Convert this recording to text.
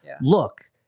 Look